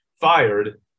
fired